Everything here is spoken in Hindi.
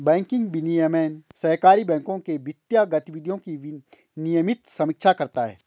बैंकिंग विनियमन सहकारी बैंकों के वित्तीय गतिविधियों की नियमित समीक्षा करता है